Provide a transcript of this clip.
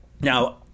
Now